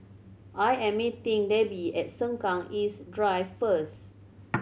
I am meeting Debby at Sengkang East Drive first